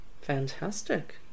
fantastic